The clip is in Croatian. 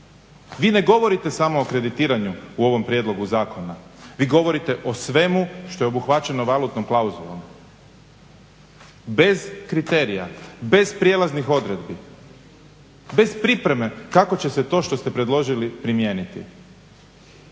Vi ne govorite samo o kreditiranju u ovom prijedlogu zakona, vi govorite o svemu što je obuhvaćeno valutnom klauzulom bez kriterija, bez prijelaznih odredbi, bez pripreme kako će se to što ste predložili primijeniti.